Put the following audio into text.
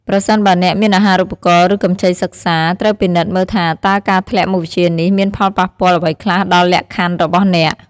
ប្រសិនបើអ្នកមានអាហារូបករណ៍ ឬកម្ចីសិក្សា ត្រូវពិនិត្យមើលថាតើការធ្លាក់មុខវិជ្ជានេះមានផលប៉ះពាល់អ្វីខ្លះដល់លក្ខខណ្ឌរបស់អ្នក។